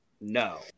No